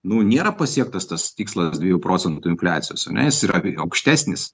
nu nėra pasiektas tas tikslas dviejų procentų infliacijos ane jis yra aukštesnis